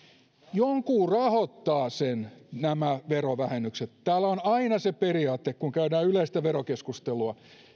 joku rahoittaa nämä verovähennykset täällä on aina se periaate kun käydään yleistä verokeskustelua